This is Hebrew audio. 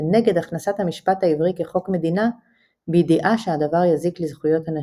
ונגד הכנסת המשפט העברי כחוק המדינה – בידיעה שהדבר יזיק לזכויות הנשים.